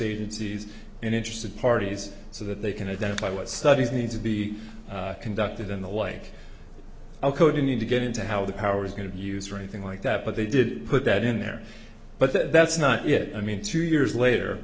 agencies and interested parties so that they can identify what studies need to be conducted and the like i'll code you need to get into how the power is going to use or anything like that but they did put that in there but that's not yet i mean two years later